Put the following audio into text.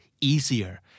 easier